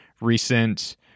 recent